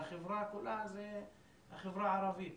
לחברה כולה, זה החברה הערבית.